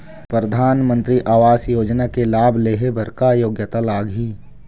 परधानमंतरी आवास योजना के लाभ ले हे बर का योग्यता लाग ही?